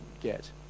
get